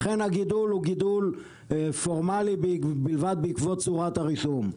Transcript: ולכן הגידול הוא גידול פורמלי בלבד בעקבות צורת הרישום.